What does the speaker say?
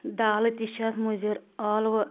دالہٕ تہِ چھِ اتھ مُضر ٲلوٕ